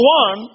one